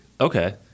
Okay